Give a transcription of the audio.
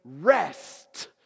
rest